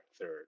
third